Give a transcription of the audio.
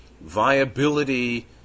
Viability